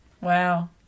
Wow